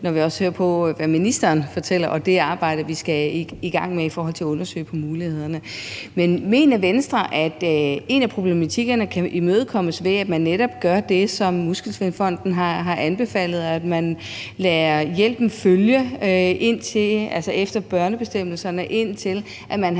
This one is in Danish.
når vi hører, hvad ministeren fortæller om det arbejde, vi skal i gang med for at få undersøgt mulighederne. Men mener Venstre, at en af problematikkerne kan løses ved, at man netop gør det, som Muskelsvindfonden har anbefalet, nemlig at man lader hjælpen følge børnebestemmelserne, indtil man har